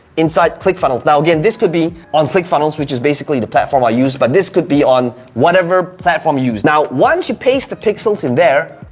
inside click funnels. now again, this could be on click funnels, which is basically the platform i use, but this could be on whatever platform you use. now once you paste the pixels in there,